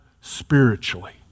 spiritually